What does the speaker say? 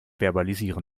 verbalisieren